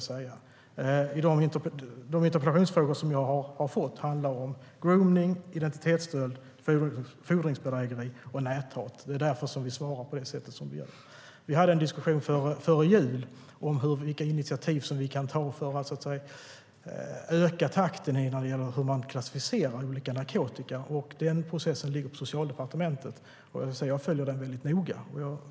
De interpellationsfrågor jag har fått handlar om gromning, identitetsstöld, fordringsbedrägeri och näthat. Det är därför vi svarar på det sätt vi gör. Vi hade en diskussion före jul om vilka initiativ vi kan ta för att öka takten när det gäller hur man klassificerar olika narkotika, och den processen ligger på Socialdepartementet. Jag följer den väldigt noga.